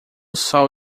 sol